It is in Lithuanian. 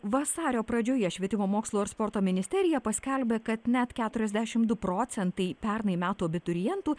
vasario pradžioje švietimo mokslo ir sporto ministerija paskelbė kad net keturiasdešimt du procentai pernai metų abiturientų